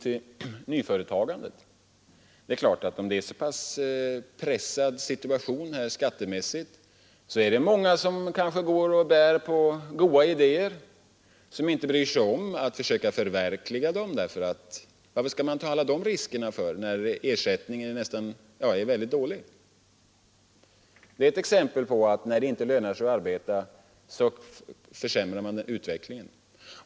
Om det skattemässigt sett är en så pressad situation, är det klart att många som kanske går och bär på goda idéer inte bryr sig om att försöka förverkliga dessa, eftersom de säger till sig själva: Varför skall man ta alla risker, när ersättningen är så dålig? Det är ett exempel på att utvecklingen försämras, när det inte lönar sig att arbeta.